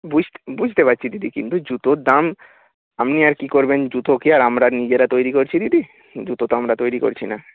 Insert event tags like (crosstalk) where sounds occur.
(unintelligible) বুঝতে পারছি দিদি কিন্তু জুতোর দাম আপনি আর কী করবেন জুতো কি আর আমরা নিজেরা তৈরি করছি দিদি জুতো তো আমরা তৈরি করছি না